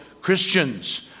Christians